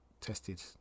tested